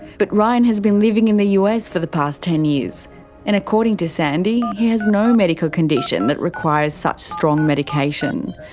but ryan has been living in the us for the past ten years and, according to sandy, he has no medical condition that requires such strong medication.